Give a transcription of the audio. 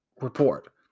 report